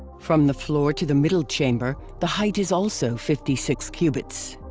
from the floor to the middle chamber, the height is also fifty six cubits.